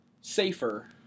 safer